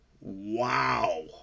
wow